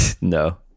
No